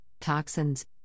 toxins